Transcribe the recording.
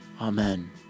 Amen